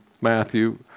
Matthew